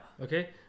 Okay